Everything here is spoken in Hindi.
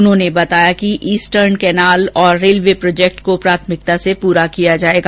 उन्होंने बताया कि ईस्टर्न कैनाल रेलवे प्रोजेक्ट को प्राथमिकता से पूरा किया जाएगा